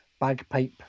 Bagpipe